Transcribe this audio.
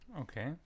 okay